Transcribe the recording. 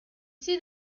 see